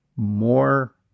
more